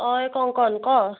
ঐ কংকন ক